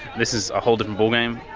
this is a whole different ball game.